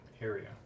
area